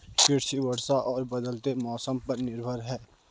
कृषि वर्षा और बदलते मौसम पर निर्भर है